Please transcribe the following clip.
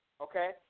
okay